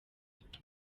hato